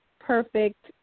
perfect